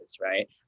right